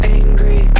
angry